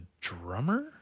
drummer